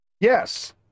Yes